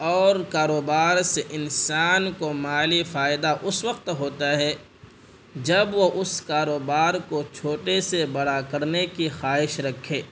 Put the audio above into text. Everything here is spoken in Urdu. اور کاروبار سے انسان کو مالی فائدہ اس وقت ہوتا ہے جب وہ اس کاروبار کو چھوٹے سے بڑا کرنے کی خواہش رکھے